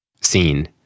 seen